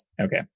Okay